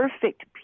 perfect